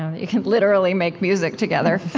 ah you can literally make music together.